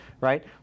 right